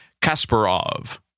Kasparov